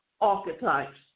archetypes